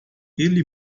ele